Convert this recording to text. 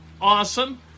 Awesome